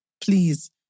please